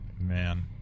Man